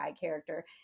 character